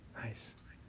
Nice